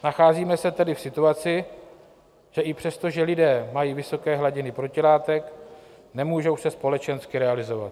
Nacházíme se tedy v situaci, že i přesto, že lidé mají vysoké hladiny protilátek, nemůžou se společensky realizovat.